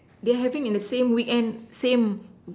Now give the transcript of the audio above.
they having on the same weekend same